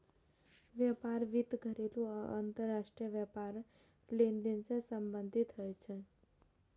व्यापार वित्त घरेलू आ अंतरराष्ट्रीय व्यापार लेनदेन सं संबंधित होइ छै